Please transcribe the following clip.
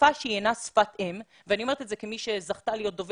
בשפה שהיא אינה שפת אם ואני אומרת את זה כמי שזכתה להיות דוברת